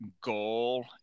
goal